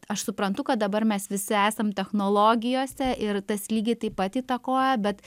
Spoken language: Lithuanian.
aš suprantu kad dabar mes visi esam technologijose ir tas lygiai taip pat įtakoja bet